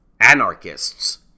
anarchists